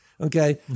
Okay